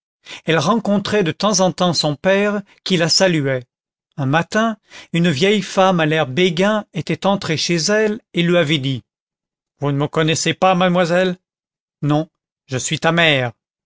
elle rencontrait de temps en temps son père qui la saluait un matin une vieille femme à l'air béguin était entrée chez elle et lui avait dit vous ne me connaissez pas mademoiselle non je suis ta mère